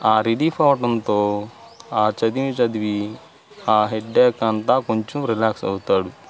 ఆ రిలీఫ్ అవ్వడంతో ఆ చదివి చదివి ఆ హెడ్కు అంతా కొంచెం రిలాక్స్ అవుతాడు